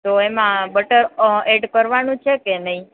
તો એમાં બટર અ એડ કરવાનું છે કે નહીં